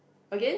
again